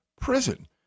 prison